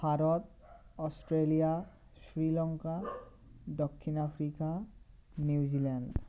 Bharat Australia Sri Lanka দক্ষিণ Africa New Zealand